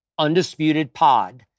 UndisputedPod